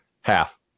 half